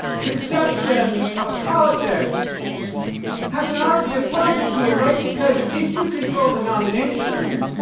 conception of politics has an obvious logic to it, right because, if you control the nomination,